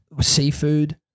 Seafood